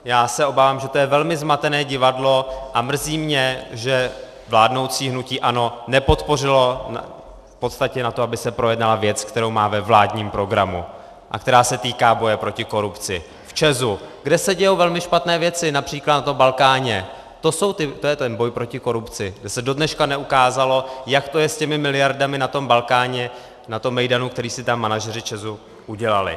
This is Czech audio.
Já se obávám, že to je velmi zmatené divadlo, a mrzí mě, že vládnoucí hnutí ANO nepodpořilo v podstatě to, aby se projednala věc, kterou má ve vládním programu a která se týká boje proti korupci, v ČEZu, kde se dějí velmi špatné věci např. na Balkáně, to je ten boj proti korupci, kde se do dneška neukázalo, jak to je s těmi miliardami na tom Balkáně, na tom mejdanu, který si tam manažeři ČEZu udělali.